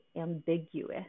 ambiguous